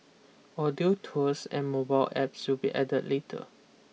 audio tours and mobile apps will be added later